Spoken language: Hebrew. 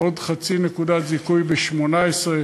ועוד חצי נקודת זיכוי ב-2018.